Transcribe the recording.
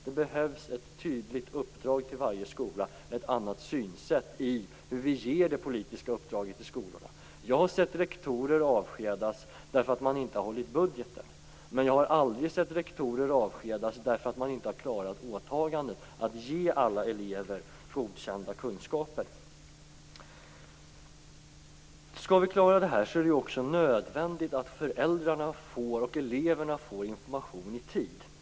Det behövs ett tydligt uppdrag till varje skola och ett annat synsätt i hur vi ger det politiska uppdraget till skolorna. Jag har sett rektorer avskedas därför att de inte hållit budgeten. Men jag har aldrig sett rektorer avskedas därför att de inte har klarat åtagandet att ge alla elever godkända kunskaper. Skall vi klara det här är det nödvändigt att föräldrarna och eleverna får information i tid.